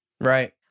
Right